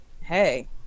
hey